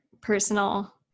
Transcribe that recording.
personal